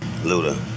Luda